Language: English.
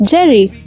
Jerry